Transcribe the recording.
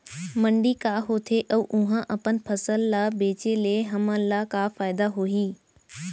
मंडी का होथे अऊ उहा अपन फसल ला बेचे ले हमन ला का फायदा होही?